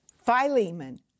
Philemon